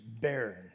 barren